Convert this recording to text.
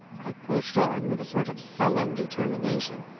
i pushed on with a sort of sullen determination.